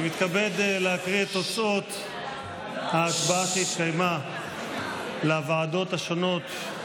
אני מתכבד להקריא את תוצאות ההצבעה שהתקיימה לוועדות השונות.